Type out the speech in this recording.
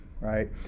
right